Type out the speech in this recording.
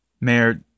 Mayor